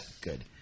good